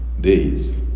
days